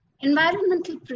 Environmental